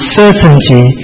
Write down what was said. certainty